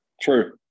True